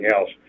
else